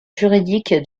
juridique